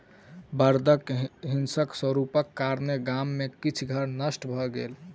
बड़दक हिंसक स्वरूपक कारणेँ गाम में किछ घर नष्ट भ गेल